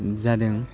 जादों